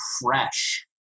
fresh